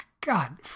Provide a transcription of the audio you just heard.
God